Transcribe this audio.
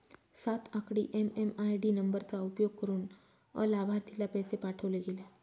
सात आकडी एम.एम.आय.डी नंबरचा उपयोग करुन अलाभार्थीला पैसे पाठवले गेले